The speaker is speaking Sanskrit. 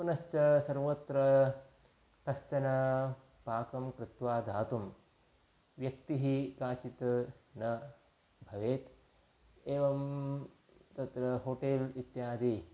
पुनश्च सर्वत्र कश्चन पाकं कृत्वा दातुं व्यक्तिः काचित् न भवेत् एवं तत्र होटेल् इत्यादि